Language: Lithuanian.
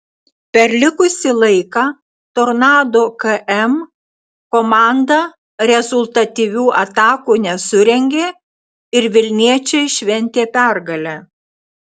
per likusį laiką tornado km komanda rezultatyvių atakų nesurengė ir vilniečiai šventė pergalę